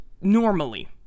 normally